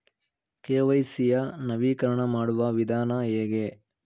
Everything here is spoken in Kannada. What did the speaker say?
ಕೆ.ವೈ.ಸಿ ಯ ನವೀಕರಣ ಮಾಡುವ ವಿಧಾನ ಹೇಗೆ?